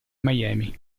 miami